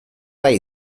bai